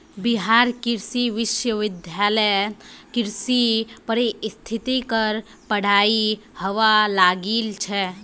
बिहार कृषि विश्वविद्यालयत कृषि पारिस्थितिकीर पढ़ाई हबा लागिल छ